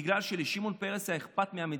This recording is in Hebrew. בגלל שלשמעון פרס היה אכפת מהמדינה.